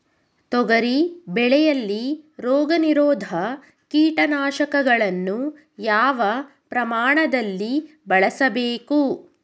ತೊಗರಿ ಬೆಳೆಯಲ್ಲಿ ರೋಗನಿರೋಧ ಕೀಟನಾಶಕಗಳನ್ನು ಯಾವ ಪ್ರಮಾಣದಲ್ಲಿ ಬಳಸಬೇಕು?